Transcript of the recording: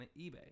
eBay